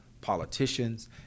politicians